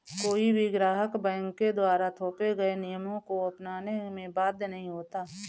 कोई भी ग्राहक बैंक के द्वारा थोपे गये नियमों को अपनाने में बाध्य नहीं होता